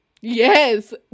Yes